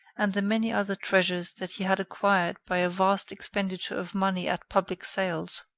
and the many other treasures that he had acquired by a vast expenditure of money at public sales.